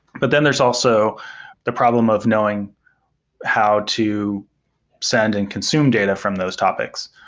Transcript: but then there's also the problem of knowing how to send and consume data from those topics.